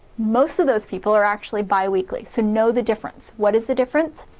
most of those people are actually bi-weekly. so know the difference. what is the difference?